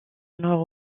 nord